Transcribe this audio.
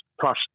plus